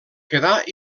quedar